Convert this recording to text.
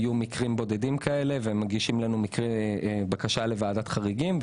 היו מקרים בודדים כאלה והם מגישים בקשה לוועדת חריגים.